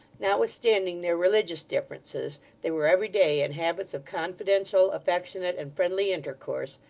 notwithstanding their religious differences, they were every day in habits of confidential, affectionate, and friendly intercourse,